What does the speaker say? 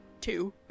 two